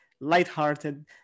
lighthearted